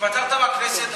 התפטרת מהכנסת,